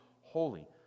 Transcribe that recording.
holy